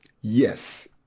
Yes